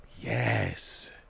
Yes